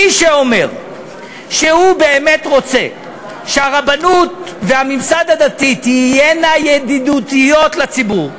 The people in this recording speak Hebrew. מי שאומר שהוא באמת רוצה שהרבנות והממסד הדתי יהיו ידידותיים לציבור,